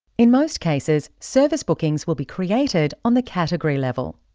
in most cases, service bookings will be created on the category level.